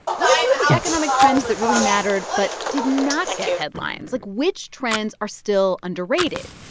what are some of the economic trends that really mattered but did not get headlines? like, which trends are still underrated?